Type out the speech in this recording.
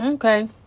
Okay